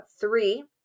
three